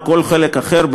או כל חלק אחר,